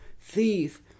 thief